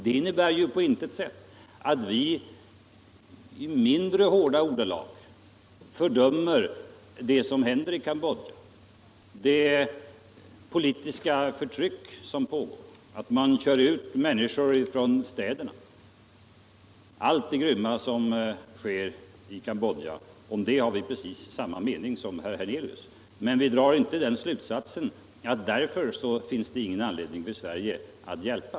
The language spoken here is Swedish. Det innebär på intet sätt att vi i mindre hårda ordalag fördömer det som händer i Cambodja, det politiska förtryck som pågår, att människorna körs ut från städerna — allt det grymma som sker i Cambodja. Om det har vi precis samma mening som herr Hernelius. Men vi drar inte den slutsatsen att det därför inte finns någon anledning för Sverige att hjälpa.